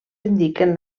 indiquen